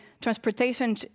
transportation